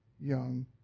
young